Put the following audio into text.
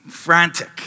frantic